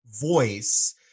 voice